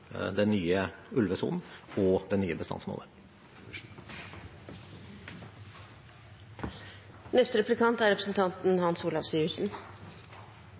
den nye ulvesonen og det nye bestandsmålet. Jeg er